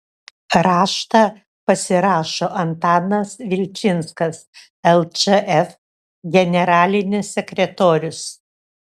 raštą pasirašo antanas vilčinskas lčf generalinis sekretorius